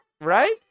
right